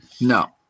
No